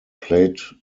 played